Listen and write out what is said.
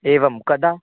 एवं कदा